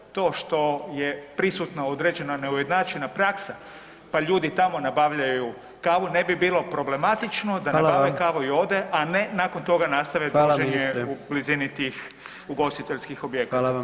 To što je prisutna određena neujednačena praksa pa ljudi tamo nabavljaju kavu, ne bi bilo problematično da [[Upadica: Hvala vam.]] nabave kavu i ode, a ne nakon toga nastave druženje [[Upadica: Hvala ministre.]] u blizini tih ugostiteljskih objekata.